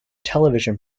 television